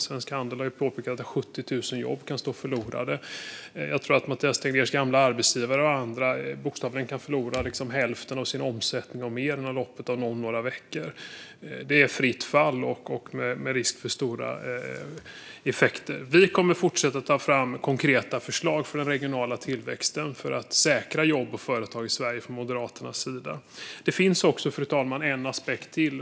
Svensk Handel har ju påpekat att 70 000 jobb kan gå förlorade. Jag tror att Mathias Tegnérs gamla arbetsgivare och andra bokstavligen kan förlora hälften av sin omsättning eller mer inom loppet av några veckor. Det är fritt fall, med risk för stora effekter. Vi moderater kommer att fortsätta att ta fram konkreta förslag för den regionala tillväxten för att säkra jobb och företag i Sverige. Fru talman! Det finns också en aspekt till.